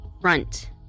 Front